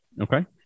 Okay